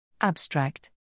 Abstract